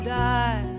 die